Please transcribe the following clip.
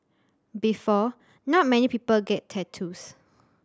before not many people get tattoos